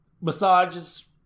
massages